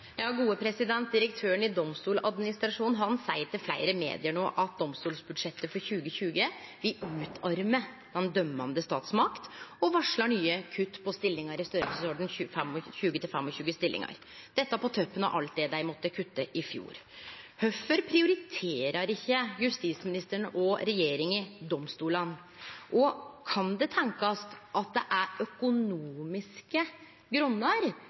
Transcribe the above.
Direktøren i Domstoladministrasjonen seier til fleire medium no at domstolsbudsjettet for 2020 utarmar den dømmande statsmakta, og varslar nye kutt i stillingar – 20–25 stillingar – og det kjem på toppen av alt dei måtte kutte i fjor. Kvifor prioriterer ikkje justisministeren og regjeringa domstolane? Kan det tenkjast at det er økonomiske grunnar,